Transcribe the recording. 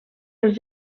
els